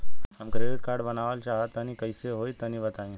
हम credit card बनवावल चाह तनि कइसे होई तनि बताई?